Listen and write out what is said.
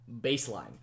baseline